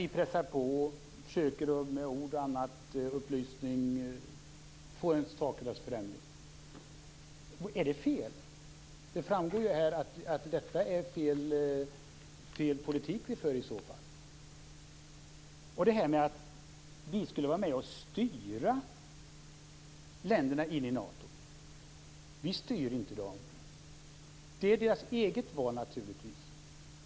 Vi pressar dock på och försöker med diskussion och upplysning få till stånd en förändring av inställningen. Är det fel? Det framgår av det som här sägs att det skulle vara fel politik som vi i så fall för. Jag vill också kommentera påståendet att vi skulle vara med och styra länderna in i Nato. Det är naturligtvis deras eget val.